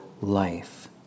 life